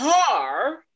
car